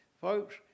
Folks